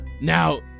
Now